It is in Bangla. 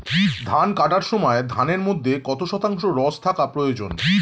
ধান কাটার সময় ধানের মধ্যে কত শতাংশ রস থাকা প্রয়োজন?